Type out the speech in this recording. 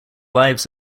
lives